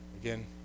again